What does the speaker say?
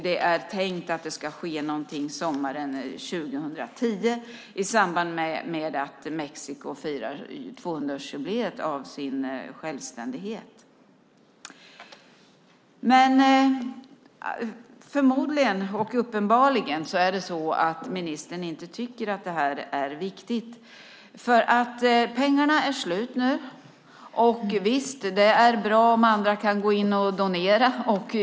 Det är tänkt att det ska ske någonting sommaren 2010 i samband med att Mexiko firar 200-årsjubilieet av sin självständighet. Förmodligen och uppenbarligen tycker inte ministern att detta är viktigt. Pengarna är nu slut. Visst är det bra om andra kan gå in och donera.